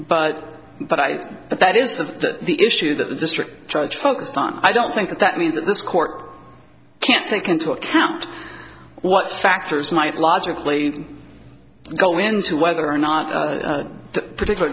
but but i think that is the issue that the district judge focused on i don't think that that means that this court can't take into account what factors might logically go into whether or not the particular